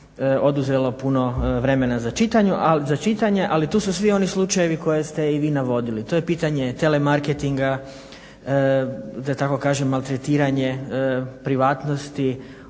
oduzelo puno vremena za čitanje, ali tu su svi oni slučajevi koje ste i vi navodili. To je pitanje telemarketinga, maltretiranje privatnosti